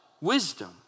wisdom